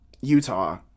Utah